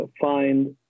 find